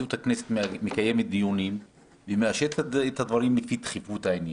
נשיאות הכנסת מקיימת דיונים ומאשרת את הדברים לפי דחיפות העניין.